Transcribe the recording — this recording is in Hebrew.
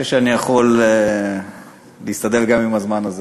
חושב שאני יכול להסתדר גם עם הזמן הזה.